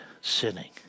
sinning